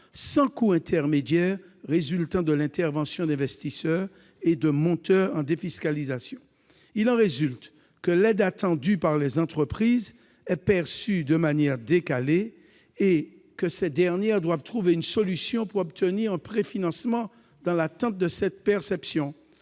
sans coût intermédiaire résultant de l'intervention d'investisseurs et de monteurs en défiscalisation. Mais, en conséquence, l'aide attendue par les entreprises est perçue de manière décalée, et ces dernières doivent trouver une solution pour obtenir un préfinancement dans l'attente de cette perception.